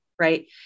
right